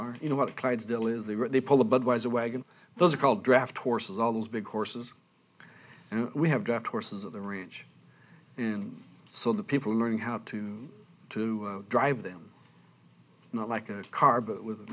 what clydesdale is they really pull the budweiser wagon those are called draft horses all those big horses and we have draft horses at the range and so the people are learning how to to drive them not like a car but with